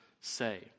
say